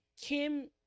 Kim